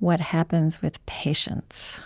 what happens with patience.